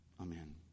Amen